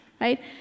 right